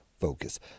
Focus